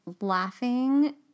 laughing